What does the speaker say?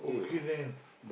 okay then